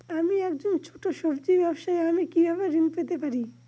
আমি একজন ছোট সব্জি ব্যবসায়ী আমি কিভাবে ঋণ পেতে পারি?